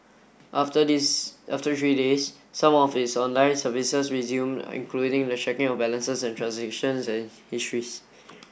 after this after three days some of its online services resumed including the checking of balances and transaction histories